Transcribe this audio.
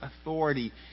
authority